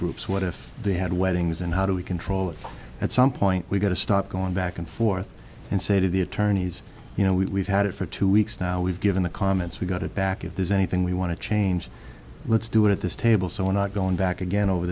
groups what if they had weddings and how do we control it at some point we've got to stop going back and forth and say to the attorneys you know we have had it for two weeks now we've given the comments we got it back if there's anything we want to change let's do it at this table so we're not going back again over